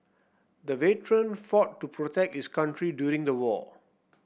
the veteran fought to protect his country during the war